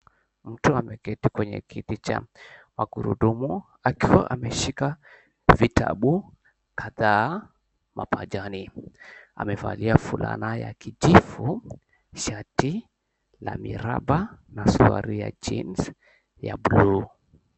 Mtu ameketi kwenye kiti cha magurudumu akiwa ameshika vitabu kadhaa mapajani. Amevalia fulana ya kijivu, shati la miraba na suruali ya jeans ya buluu.